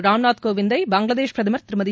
ராம்நாத் கோவிந்தை பங்களாதேஷ் பிரதமர் திருமதி